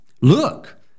Look